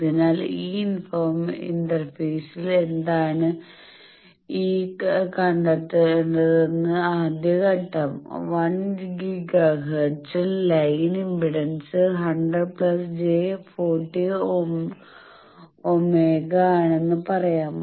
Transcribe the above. അതിനാൽ ഈ ഇന്റർഫേസിൽ എന്താണ് എന്ന് കണ്ടെത്തുന്നത്താണ് ആദ്യ ഘട്ടം 1 ഗിഗാ ഹെർട്സിൽ ലൈൻ ഇംപെഡൻസ് 100 j 40 Ω ആണെന്ന് പറയാം